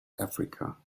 africa